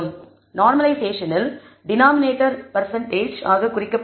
நார்மலைஷேசனில் denominator percentage ஆக குறிக்கப்பட்டுள்ளது